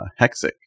hexic